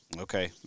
Okay